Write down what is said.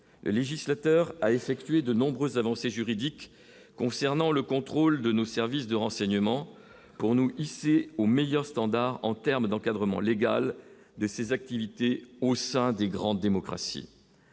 le législateur a effectué de nombreuses années. Ces juridique concernant le contrôle de nos services de renseignements pour nous hisser aux meilleurs standards en termes d'encadrement légal de ses activités au sein des grandes démocraties.